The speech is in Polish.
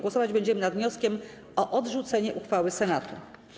Głosować będziemy nad wnioskiem o odrzucenie uchwały Senatu.